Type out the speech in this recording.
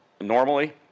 normally